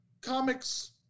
comics